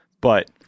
but-